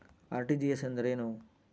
RTGS ಎಂದರೇನು?